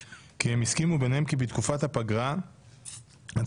כי הם הסכימו ביניהם כי בתקופת הפגרה הצעות